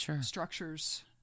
structures